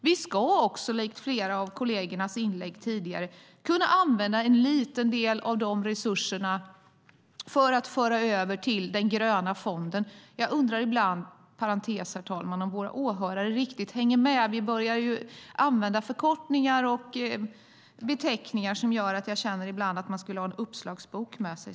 Vi ska också, som flera av kollegerna sagt i sina inlägg tidigare, kunna använda en liten del av resurserna för att föra över till den gröna fonden. Jag undrar ibland om våra åhörare riktigt hänger med. Vi börjar ju använda förkortningar och beteckningar som gör att man nästan skulle behöva ha en uppslagsbok med sig.